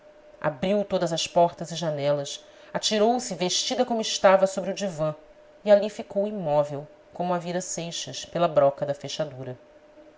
abriu todas as portas e janelas atirou-se vestida como estava sobre o divã e ali ficou imóvel como a vira seixas pela broca da fechadura